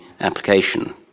application